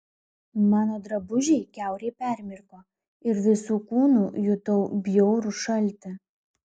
mano drabužiai kiaurai permirko ir visu kūnu jutau bjaurų šaltį